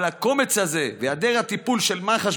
אבל הקומץ הזה והיעדר הטיפול של מח"ש